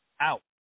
out